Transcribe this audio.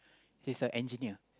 he's a engineer